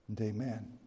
Amen